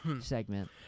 segment